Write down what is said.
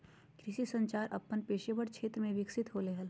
कृषि संचार अपन पेशेवर क्षेत्र में विकसित होले हें